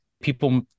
people